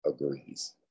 agrees